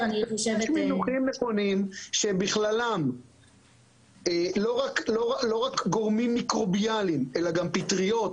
יש מינוחים נכונים שבכללם לא רק גורמים מיקרוביאליים אלא גם פטריות,